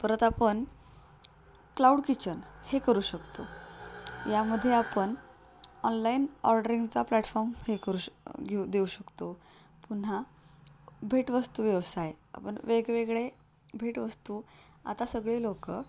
परत आपण cloud kitchen हे करू शकतो यामध्ये आपण ऑनलाईन ऑर्डरिंगचा प्लॅटफॉर्म हे करू शक घेऊ देऊ शकतो पुन्हा भेटवस्तू व्यवसाय आपण वेगवेगळे भेटवस्तू आता सगळे लोकं